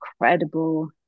incredible